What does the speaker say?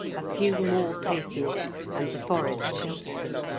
a few more paces and the forest sheltered him.